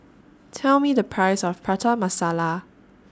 Tell Me The Price of Prata Masala